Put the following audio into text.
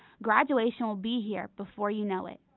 graduation will be here before you know it!